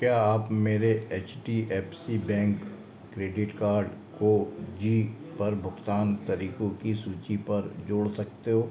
क्या आप मेरे H D F C bank credit card को ज़ी पर भुगतान तरीकों की सूची पर जोड़ सकते हो